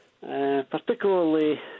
particularly